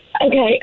okay